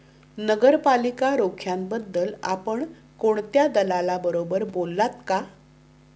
नगरपालिका रोख्यांबद्दल आपण कोणत्या दलालाबरोबर बोललात का?